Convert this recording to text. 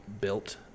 built